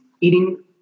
eating